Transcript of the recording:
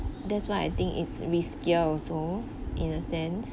that's why I think it's riskier also in a sense